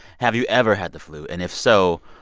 have you ever had the flu? and if so,